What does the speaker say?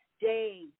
day